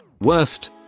worst